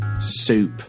soup